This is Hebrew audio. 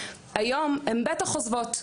היום הם בטח עוזבות,